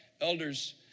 elders